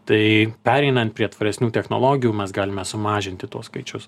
tai pereinant prie tvaresnių technologijų mes galime sumažinti tuos skaičius